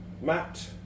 Matt